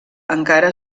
encara